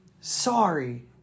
sorry